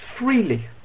freely